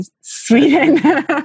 Sweden